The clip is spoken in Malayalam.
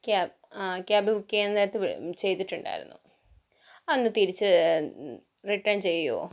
ക്യാബ് ക്യാബ് ബുക്ക് ചെയ്യാൻ നേരത്തു ചെയ്തിട്ടുണ്ടായിരുന്നു അതൊന്നു തിരിച്ച് റിട്ടേൺ ചെയ്യുമോ